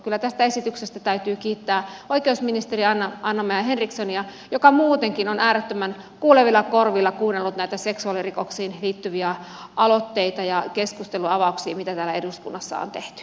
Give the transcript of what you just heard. kyllä tästä esityksestä täytyy kiittää oikeusministeri anna maja henrikssonia joka muutenkin on äärettömän kuulevilla korvilla kuunnellut näitä seksuaalirikoksiin liittyviä aloitteita ja keskustelunavauksia mitä täällä eduskunnassa on tehty